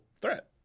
threat